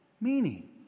Meaning